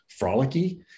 frolicky